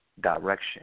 direction